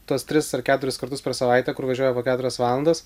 tuos tris ar keturis kartus per savaitę kur važiuoja po keturias valandas